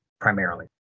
primarily